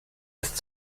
ist